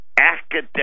academic